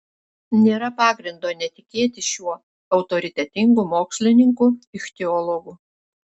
nėra pagrindo netikėti šiuo autoritetingu mokslininku ichtiologu